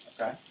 Okay